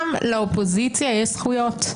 גם לאופוזיציה יש זכויות,